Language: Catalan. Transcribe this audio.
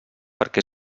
perquè